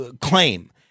claim